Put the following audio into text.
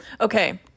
Okay